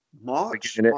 March